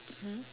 mmhmm